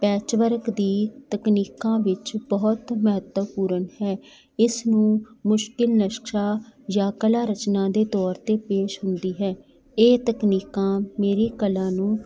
patchwork ਦੀ ਤਕਨੀਕਾਂ ਵਿੱਚ ਬਹੁਤ ਮਹੱਤਵਪੂਰਨ ਹੈ ਇਸ ਨੂੰ ਮੁਸ਼ਕਲ ਨਕਸ਼ਾ ਜਾਂ ਕਲਾ ਰਚਨਾ ਦੇ ਤੌਰ 'ਤੇ ਪੇਸ਼ ਹੁੰਦੀ ਹੈ ਇਹ ਤਕਨੀਕਾਂ ਮੇਰੀ ਕਲਾ ਨੂੰ